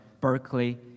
Berkeley